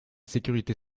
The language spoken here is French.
sécurité